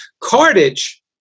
Cartage